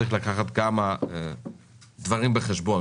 צריך לקחת כמה דברים בחשבון,